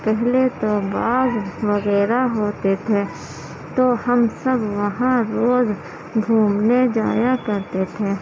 پہلے تو باغ وغیرہ ہوتے تھے تو ہم سب وہاں روز گھومنے جایا کرتے تھے